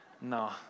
No